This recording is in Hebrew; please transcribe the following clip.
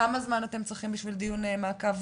כמה זמן אתם צריכים בשביל דיון מעקב?